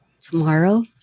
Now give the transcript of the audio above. tomorrow